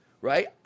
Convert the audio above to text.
right